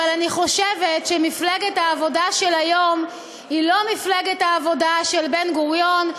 אבל אני חושבת שמפלגת העבודה של היום היא לא מפלגת העבודה של בן-גוריון,